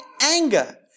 anger